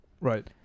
Right